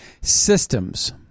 systems